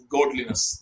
Godliness